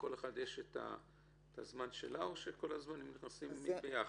לכל אחת יש הזמן שלה או כל הזמנים נכנסים יחד?